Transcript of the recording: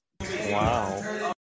wow